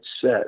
set